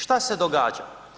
Šta se događa?